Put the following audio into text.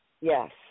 Yes